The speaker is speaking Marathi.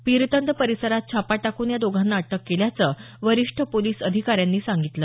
पीरतंद परिसरात छापा टाकून या दोघांना अटक केल्याचं वरिष्ठ पोलिस अधिकाऱ्यांनी सांगितलं